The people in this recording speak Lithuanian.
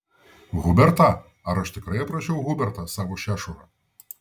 hubertą ar aš tikrai aprašiau hubertą savo šešurą